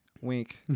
Wink